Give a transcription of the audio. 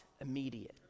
immediate